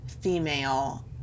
female